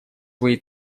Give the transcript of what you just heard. свои